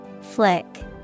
Flick